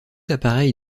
appareil